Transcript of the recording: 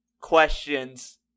questions